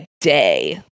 day